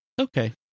Okay